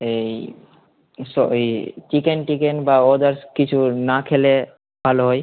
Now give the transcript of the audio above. এই স এ চিকেন টিকেন বা আদার্স কিছু না খেলে ভালো হয়